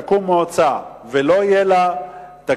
אם תקום מועצה ולא יהיה לה תקציב,